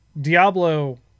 diablo